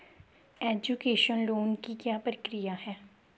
Education loan की क्या प्रक्रिया है?